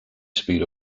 speed